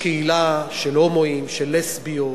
רבותי,